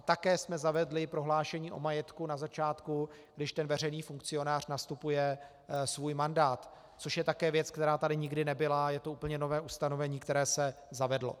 Také jsme zavedli prohlášení o majetku na začátku, když veřejný funkcionář nastupuje svůj mandát, což je také věc, která tady nikdy nebyla, a je to úplně nové ustanovení, které se zavedlo.